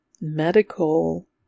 medical